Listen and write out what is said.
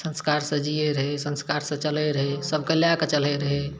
संस्कारसँ जियै रहै संस्कारसँ चलै रहै सभकऽ लए कऽ चलै रहै